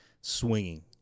swinging